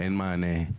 אין מענה,